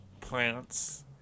plants